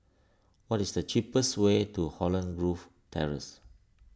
what is the cheapest way to Holland Grove Terrace